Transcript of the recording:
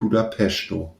budapeŝto